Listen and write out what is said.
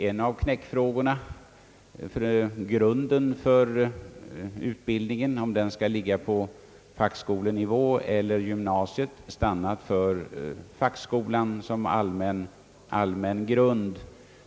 En av knäckfrågorna har gällt grunden för utbildningen — om den skall ligga på fackskolans eller gymnasiets nivå. Där har vi stannat för fackskola som allmän grund.